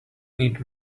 need